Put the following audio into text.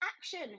action